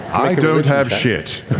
i don't have shit.